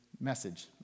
message